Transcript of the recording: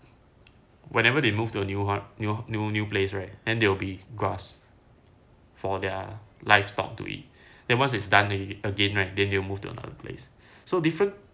whenever they moved to a new hot new new new place right and they'll be grass for their livestock to eat it once it's done you again right then you move to another place so different